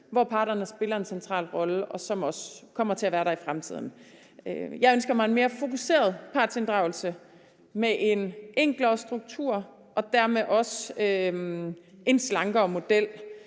parterne en central rolle, og sådan kommer det også til at være i fremtiden. Jeg ønsker mig en mere fokuseret partsinddragelse med en enklere struktur og dermed også en slankere model.